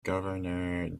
governor